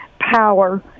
power